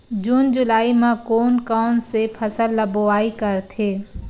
जून जुलाई म कोन कौन से फसल ल बोआई करथे?